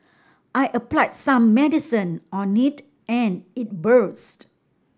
I applied some medicine on it and it burst